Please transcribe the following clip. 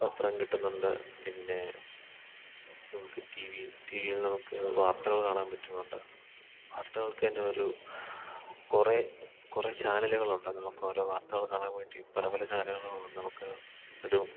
പത്രം കിട്ടുന്നുണ്ട് പിന്നെ നമുക്ക് ടി വീൽ ടി വിയിൽ നമുക്ക് വാർത്തകൾ കാണാൻ പറ്റുന്നുണ്ട് വാർത്തകൾക്കുതന്നെ ഒരു കുറേ കുറേ ചാനലുകളുണ്ട് നമുക്കോരോ വാർത്തകള് കാണാൻ വേണ്ടിയും പല പല ചാനലുകളും നമുക്ക് ഒരു